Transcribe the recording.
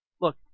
Look